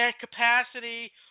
capacity